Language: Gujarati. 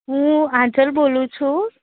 હું આંચલ બોલું છું